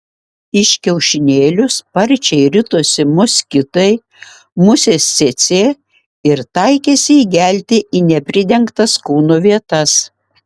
iš kiaušinėlių sparčiai ritosi moskitai musės cėcė ir taikėsi įgelti į nepridengtas kūno vietas